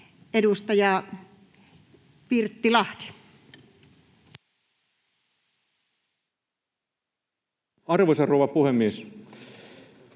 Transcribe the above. Edustaja Pirttilahti. Arvoisa rouva puhemies!